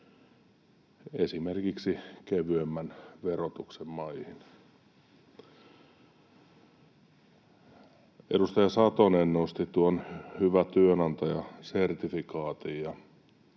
esimerkiksi kevyemmän verotuksen maihin. Edustaja Satonen nosti tuon hyvä työnantaja ‑sertifikaatin,